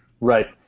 Right